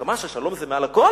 הסכמה ששלום זה מעל לכול?